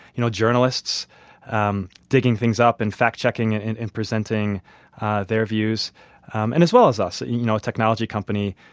you know, journalists um digging things up and fact-checking and and and presenting their views and as well as us, you know, a technology company,